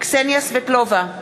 קסניה סבטלובה,